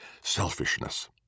selfishness